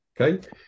Okay